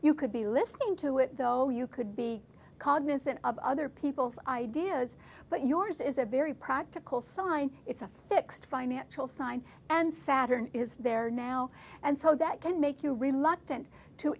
you could be listening to it though you could be cognizant of other people's ideas but yours is a very practical sign it's a fixed financial sign and saturn is there now and so that can make you reluctant to